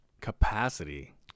capacity